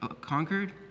conquered